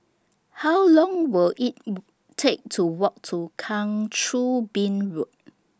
How Long Will IT Take to Walk to Kang Choo Bin Road